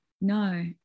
no